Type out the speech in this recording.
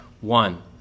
One